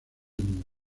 niños